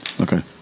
Okay